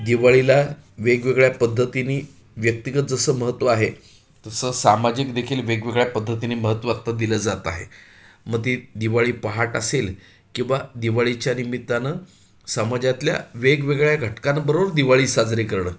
दिवाळीला वेगवेगळ्या पद्धतीने व्यक्तिगत जसं महत्व आहे तसं सामाजिक देखील वेगवेगळ्या पद्धतीने महत्त्व आत्ता दिलं जात आहे मग ती दिवाळी पहाट असेल किंवा दिवाळीच्या निमित्तानं समाजातल्या वेगवेगळ्या घटकांबरोबर दिवाळी साजरी करणं